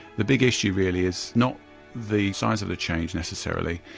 the big issue really is not the size of the change necessarily,